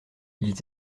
ils